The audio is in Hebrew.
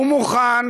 הוא מוכן